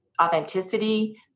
authenticity